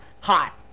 hot